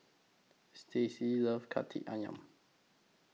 Stacie loves Kaki Ayam